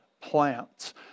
plants